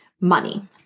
money